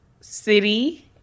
city